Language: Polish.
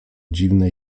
dziwne